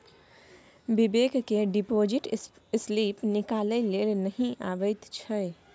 बिबेक केँ deposit slip निकालै लेल नहि अबैत छै